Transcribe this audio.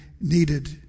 needed